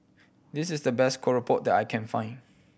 this is the best keropok that I can find